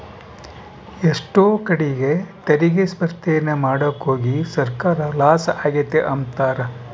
ಎಷ್ಟೋ ಕಡೀಗ್ ತೆರಿಗೆ ಸ್ಪರ್ದೇನ ಮಾಡಾಕೋಗಿ ಸರ್ಕಾರ ಲಾಸ ಆಗೆತೆ ಅಂಬ್ತಾರ